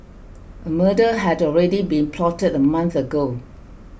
a murder had already been plotted a month ago